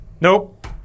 nope